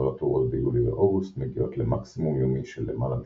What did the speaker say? כשהטמפרטורות ביולי ואוגוסט מגיעות למקסימום יומי של למעלה מ-35°C.